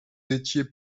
étiez